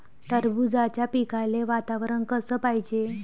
टरबूजाच्या पिकाले वातावरन कस पायजे?